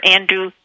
Andrew